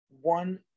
one